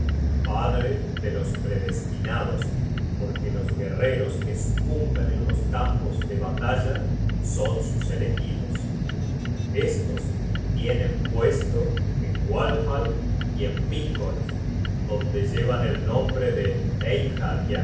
padre de los predestinados porque los guerreros que sucumben en los campos de batalla son sus elegidos estos tienen puesto en walhall y en vingolf donde llevan el nombre de